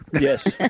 Yes